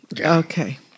Okay